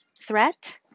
threat